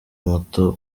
moto